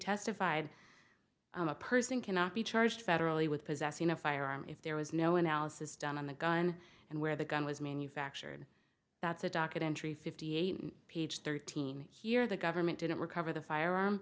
testified a person cannot be charged federally with possessing a firearm if there was no analysis done on the gun and where the gun was manufactured that's a documentary fifty eight page thirteen here the government didn't recover the firearm